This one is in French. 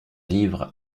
livre